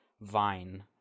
Vine